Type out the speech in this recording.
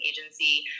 agency